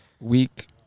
week